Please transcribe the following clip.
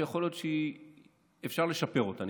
שיכול להיות שאפשר לשפר אותה,